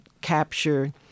capture